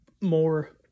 more